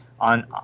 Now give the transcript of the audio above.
on